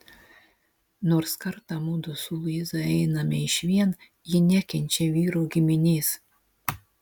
nors kartą mudu su luiza einame išvien ji nekenčia vyro giminės